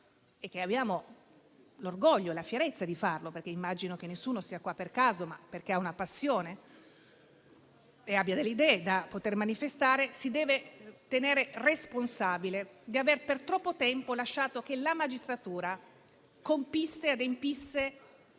e abbiamo l'orgoglio e la fierezza di farlo - immagino che nessuno sia qui per caso, ma perché ha una passione e delle idee da manifestare - ci dobbiamo ritenere responsabili di avere per troppo tempo lasciato che la magistratura adempisse